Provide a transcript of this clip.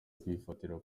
kuyifatira